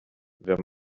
wenn